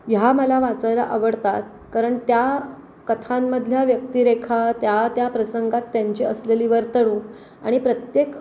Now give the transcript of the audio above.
ह्या मला वाचायला आवडतात कारण त्या कथांमधल्या व्यक्तिरेखा त्या त्या प्रसंगात त्यांची असलेली वर्तणूक आणि प्रत्येक